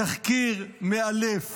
תחקיר מעלף